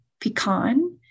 pecan